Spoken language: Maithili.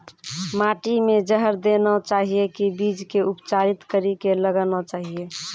माटी मे जहर देना चाहिए की बीज के उपचारित कड़ी के लगाना चाहिए?